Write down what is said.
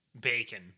bacon